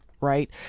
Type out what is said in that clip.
right